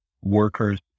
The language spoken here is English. workers